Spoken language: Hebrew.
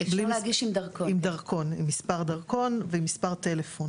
עם מספר דרכון ומספר טלפון.